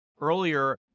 earlier